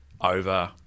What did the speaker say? over